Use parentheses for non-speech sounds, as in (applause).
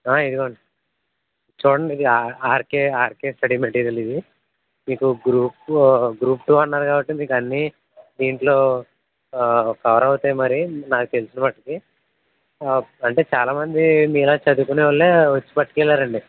ఇదిగోండి చూడండి ఇది ఆర్కె ఆర్కె స్టడీ మెటీరియల్ ఇది మీకు మీరు గ్రూప్ టు గ్రూప్ టు అన్నారు కాబట్టి మీకన్నీ దీంట్లో కవర్ అవుతాయి మరీ నాకు తెలిసినమటికి (unintelligible) అంటే చాలా మంది మీలా చదువుకునే వాళ్ళే వచ్చి పట్టుకెళ్ళారండి